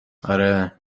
آره